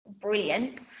brilliant